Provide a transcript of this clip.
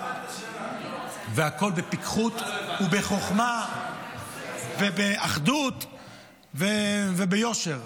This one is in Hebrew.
והכול בפיקחות ובחוכמה ובאחדות וביושר.